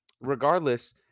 Regardless